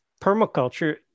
permaculture